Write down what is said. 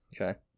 okay